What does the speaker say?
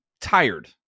tired